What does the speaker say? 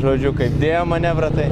žodžio dėjom manevrą tai